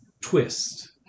twist